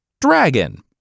Dragon